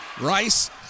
Rice